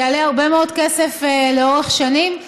זה יעלה הרבה מאוד כסף לאורך שנים,